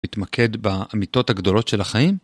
להתמקד באמיתות הגדולות של החיים?